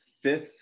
fifth